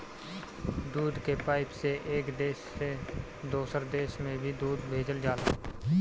दूध के पाइप से एक देश से दोसर देश में भी दूध भेजल जाला